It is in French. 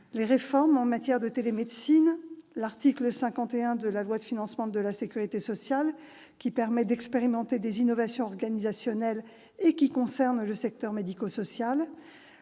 aux réformes en matière de télémédecine et à l'article 51 de la loi de financement de la sécurité sociale qui permet d'expérimenter des innovations organisationnelles qui concerneront le secteur médico-social.